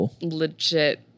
legit